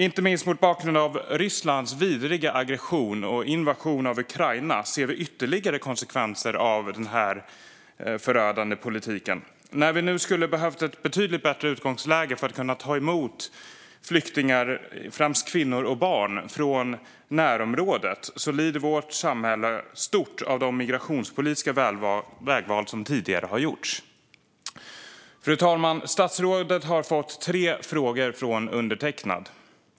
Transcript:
Inte minst mot bakgrund av Rysslands vidriga aggression mot och invasion av Ukraina ser vi ytterligare konsekvenser av den här förödande politiken. När vi nu skulle ha behövt ett betydligt bättre utgångsläge för att kunna ta emot flyktingar, främst kvinnor och barn, från närområdet lider vårt samhälle svårt av de migrationspolitiska vägval som tidigare har gjorts. Fru talman! Statsrådet har fått tre frågor från undertecknad.